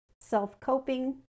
self-coping